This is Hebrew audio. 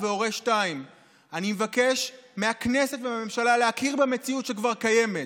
ו"הורה 2". אני מבקש מהכנסת ומהממשלה להכיר במציאות שכבר קיימת,